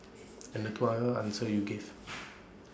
and the two other answers you gave